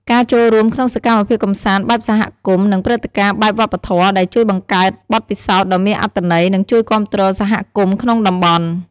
ការចូលរួមក្នុងសកម្មភាពកម្សាន្តបែបសហគមន៍ និងព្រឹត្តិការណ៍បែបវប្បធម៌ ដែលជួយបង្កើតបទពិសោធន៍ដ៏មានអត្ថន័យ និងជួយគាំទ្រសហគមន៍ក្នុងតំបន់។